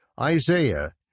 Isaiah